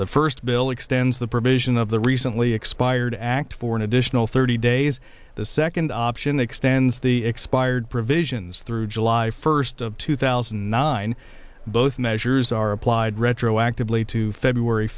the first bill extends the provision of the recently expired act for an additional thirty days the second option extends the expired provisions through july first two thousand and nine both measures are applied retroactively to february